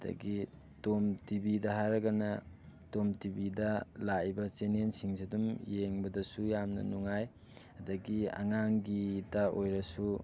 ꯑꯗꯒꯤ ꯇꯣꯝ ꯇꯤꯕꯤꯗ ꯍꯥꯏꯔꯒꯅ ꯇꯣꯝ ꯇꯤꯕꯤꯗ ꯂꯥꯛꯏꯕ ꯆꯦꯟꯅꯦꯟꯁꯤꯡꯁꯤ ꯑꯗꯨꯝ ꯌꯦꯡꯕꯗꯁꯨ ꯌꯥꯝꯅ ꯅꯨꯡꯉꯥꯏ ꯑꯗꯒꯤ ꯑꯉꯥꯡꯒꯤꯗ ꯑꯣꯏꯔꯁꯨ